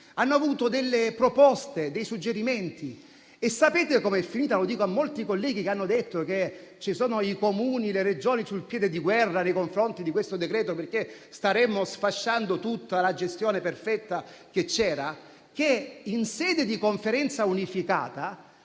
sono state delle proposte e dei suggerimenti. Sapete com'è finita? Lo dico a molti colleghi che hanno detto che ci sono i Comuni e le Regioni sul piede di guerra nei confronti di questo decreto-legge, perché staremmo sfasciando tutta la gestione perfetta che c'era. Ebbene, in sede di Conferenza unificata,